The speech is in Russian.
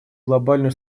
глобальную